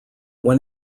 when